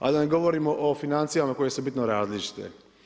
A da ne govorimo o financijama koje su bitno različite.